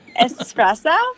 Espresso